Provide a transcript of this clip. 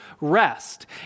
rest